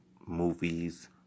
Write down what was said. movies